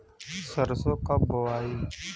सरसो कब बोआई?